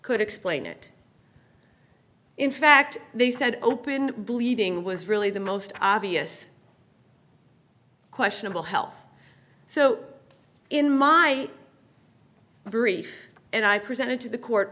could explain it in fact they said open bleeding was really the most obvious questionable health so in my brief and i presented to the court